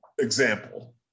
example